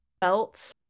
belt